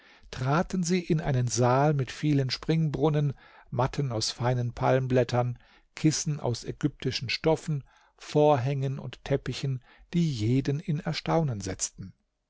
traten sie in einen saal mit vielen springbrunnen matten aus feinen palmblättern kissen aus ägyptischen stoffen vorhängen und teppichen die jeden in erstaunen setzten